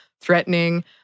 threatening